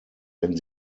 wenn